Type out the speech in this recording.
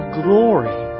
glory